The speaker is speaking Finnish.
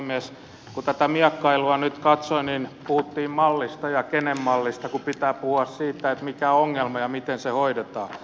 kun tätä miekkailua nyt katsoin niin puhuttiin mallista ja kenen mallista kun pitää puhua siitä mikä on ongelma ja miten se hoidetaan